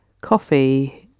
coffee